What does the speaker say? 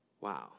Wow